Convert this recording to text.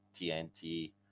TNT